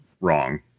wrong